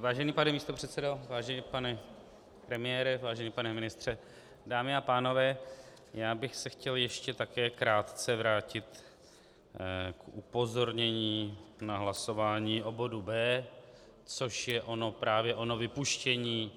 Vážený pane místopředsedo, vážený pane premiére, vážený pane ministře, dámy a pánové, chtěl bych se ještě také krátce vrátit k upozornění na hlasování o bodu B, což je právě ono vypuštění